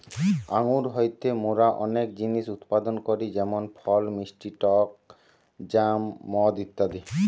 আঙ্গুর হইতে মোরা অনেক জিনিস উৎপাদন করি যেমন ফল, মিষ্টি টক জ্যাম, মদ ইত্যাদি